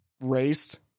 raced